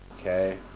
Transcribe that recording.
Okay